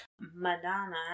Madonna